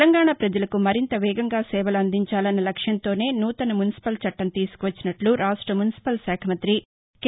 తెలంగాణా ప్రజలకు మరింత వేగంగా సేవలు అందించాలన్న లక్ష్యంతోనే సూతన మున్సిపల్చట్టం తీసుకు వచ్చినట్ట రాష్ట్ర మున్సిపల్శాఖ మంతి కె